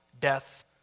death